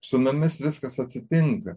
su mumis viskas atsitinka